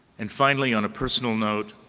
and finally, on a personal note,